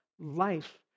life